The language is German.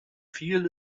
viel